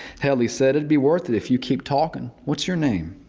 hell, he said, it'd be worth it if you keep talking. what's your name?